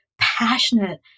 passionate